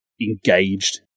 engaged